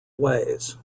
ways